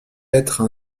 être